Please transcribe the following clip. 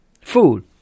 Food